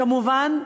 כמובן,